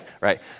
right